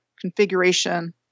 configuration